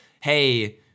hey